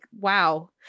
wow